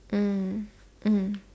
mm mm